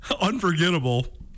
unforgettable